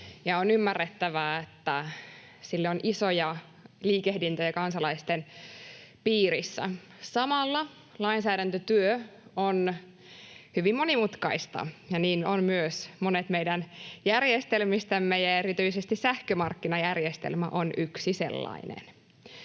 on ymmärrettävää, että tässä on isoja liikehdintöjä kansalaisten piirissä. Samalla lainsäädäntötyö on hyvin monimutkaista, ja niin ovat myös monet meidän järjestelmistämme, ja erityisesti sähkömarkkinajärjestelmä on yksi sellainen.